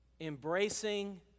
embracing